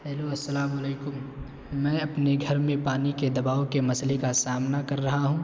hello السلام علیکم میں اپنے گھر میں پانی کے دباؤ کے مسئلے کا سامنا کر رہا ہوں